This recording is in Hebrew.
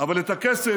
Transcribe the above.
אבל את הכסף